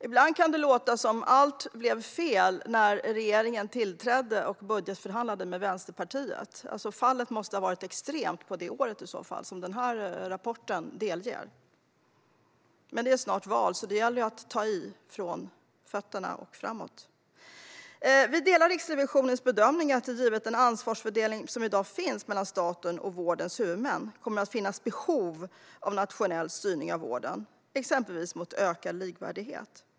Ibland kan det låta som att allt blev fel när regeringen tillträdde och budgetförhandlade med Vänsterpartiet. Fallet måste i så fall ha varit extremt under det år som rapporten avser. Men det är snart val, så det gäller att ta i från tårna. Vi delar Riksrevisionens bedömning att det givet den ansvarsfördelning som finns i dag mellan staten och vårdens huvudmän kommer att finnas behov av nationell styrning av vården, exempelvis mot ökad likvärdighet.